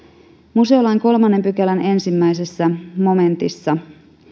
museolain kolmannen pykälän ensimmäisessä momentissa